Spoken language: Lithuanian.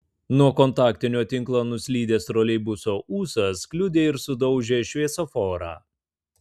nuo kontaktinio tinklo nuslydęs troleibuso ūsas kliudė ir sudaužė šviesoforą